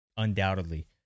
Undoubtedly